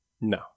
No